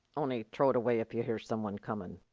on'y trow it away if yuh hear someone comin'.